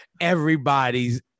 Everybody's